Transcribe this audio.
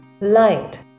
light